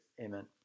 Amen